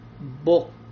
book